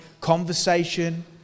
conversation